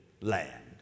land